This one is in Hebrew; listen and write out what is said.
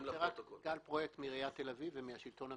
אני מעיריית תל אביב ומן השלטון המקומי.